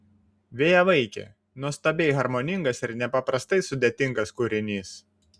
vėjavaikė nuostabiai harmoningas ir nepaprastai sudėtingas kūrinys